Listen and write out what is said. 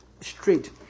straight